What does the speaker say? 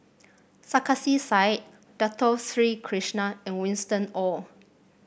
Sarkasi Said Dato Sri Krishna and Winston Oh